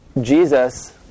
Jesus